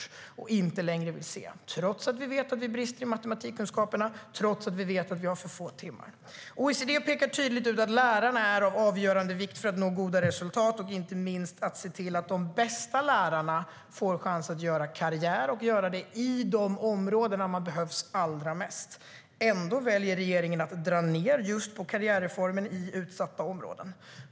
Man vill inte längre se den, trots att vi vet att matematikkunskaperna brister och att vi har för få timmar. Ändå väljer regeringen att dra ned just på karriärreformen i utsatta områden.